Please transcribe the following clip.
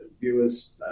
viewers